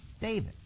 David